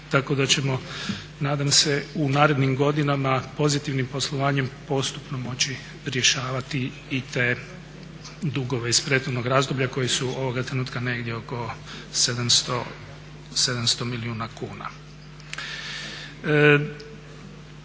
tako da ćemo nadam se u narednim godinama pozitivnim poslovanjem postupno moći rješavati i te dugove iz prethodnog razdoblja koji su ovoga trenutka negdje oko 700 milijuna kuna.